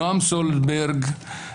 נעם סולברג,